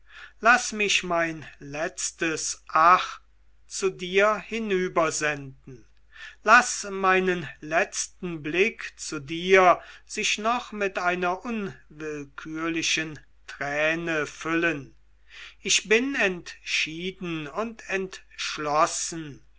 laß mich mein letztes ach zu dir hinübersenden laß meinen letzten blick zu dir sich noch mit einer unwillkürlichen träne füllen ich bin entschieden und entschlossen